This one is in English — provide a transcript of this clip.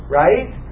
right